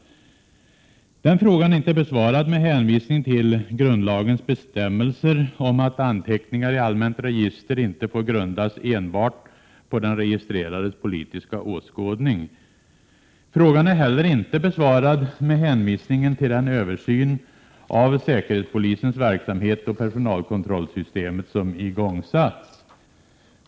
1987/88:83 Den frågan är inte besvarad med en hänvisning till grundlagens bestäm 14 mars 1988 melser om att anteckningar i allmänt register inte får grundas enbart på den registrerades politiska åskådning. Frågan är heller inte besvarad med en hänvisning till den översyn av säkerhetspolisens verksamhet och personkontrollsystemet som igångsatts.